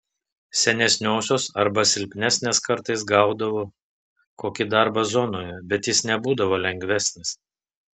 senesniosios arba silpnesnės kartais gaudavo kokį darbą zonoje bet jis nebūdavo lengvesnis